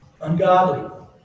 Ungodly